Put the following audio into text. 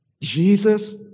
Jesus